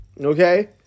Okay